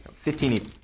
Fifteen